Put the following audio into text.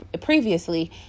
previously